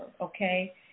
okay